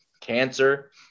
Cancer